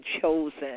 chosen